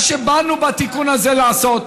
מה שבאנו בתיקון הזה לעשות,